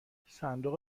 صندوق